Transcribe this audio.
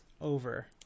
over